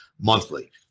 monthly